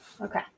okay